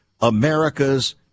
America's